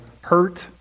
hurt